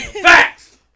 Facts